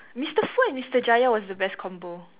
Mister Foo and Mister Jaya was the best combo